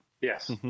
yes